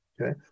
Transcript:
Okay